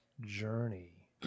journey